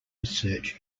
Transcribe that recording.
research